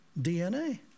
DNA